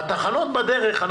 בתחנות בדרך,